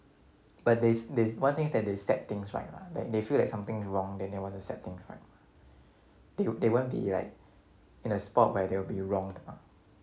but there's there's one thing is that they set things right lah like they feel like something is wrong then they want to set things right they they won't be like in a spot where they will be wronged